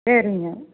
சரிங்க